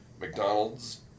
McDonald's